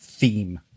theme